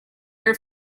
her